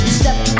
step